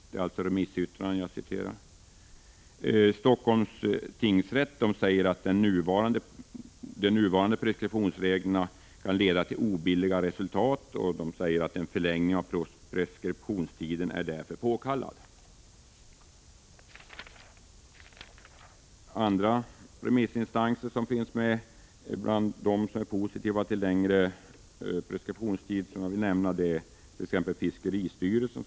Helsingforss tingsrätt framhåller att de nuvarande preskriptionsreglerna kan leda till obilliga resultat och säger att en förlängning av preskriptionstiden därför är påkallad. Andra remissinstanser som finns bland dem som är positiva till längre preskriptionstider är exempelvis fiskeristyrelsen.